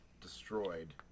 destroyed